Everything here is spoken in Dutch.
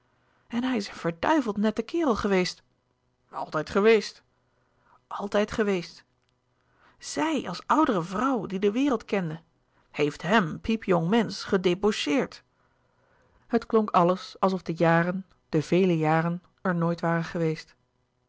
en hij is een verduiveld nette kerel geweest altijd geweest altijd geweest zij als oudere vrouw die de wereld kende heeft hèm piepjong mensch gedebaucheerd het klonk alles alsof de jaren de vele jaren er nooit waren geweest